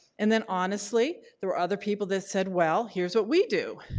and then, honestly, there were other people that said well, here's what we do.